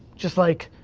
just like,